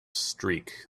streak